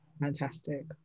fantastic